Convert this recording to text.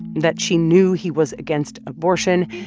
that she knew he was against abortion.